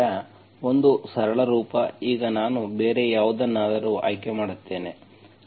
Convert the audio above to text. ಆದ್ದರಿಂದ ಒಂದು ಸರಳ ರೂಪ ಈಗ ನಾನು ಬೇರೆ ಯಾವುದನ್ನಾದರೂ ಆಯ್ಕೆ ಮಾಡುತ್ತೇನೆ